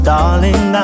Darling